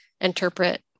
interpret